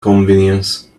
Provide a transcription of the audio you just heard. convenience